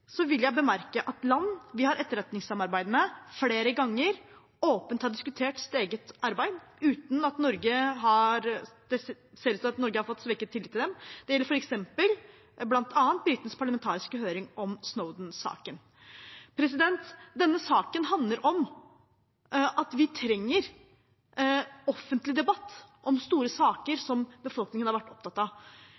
vil jeg bemerke at land vi har etterretningssamarbeid med, flere ganger åpent har diskutert sitt eget arbeid uten at det ser ut til at Norge har fått svekket tillit til dem. Det gjelder bl.a. britenes parlamentariske høring om Snowden-saken. Denne saken handler om at vi trenger offentlig debatt om store saker